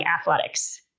athletics